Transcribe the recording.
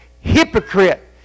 hypocrite